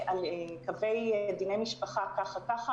קווי דיני משפחה ככה ככה,